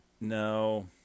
No